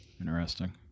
Interesting